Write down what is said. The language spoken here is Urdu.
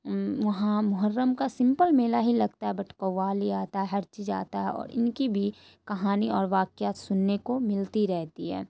وہاں محرم کا سمپل میلہ ہی لگتا ہے بٹ قوالی آتا ہے ہر چیز آتا ہے اور ان کی بھی کہانی اور واقعات سننے کو ملتی رہتی ہے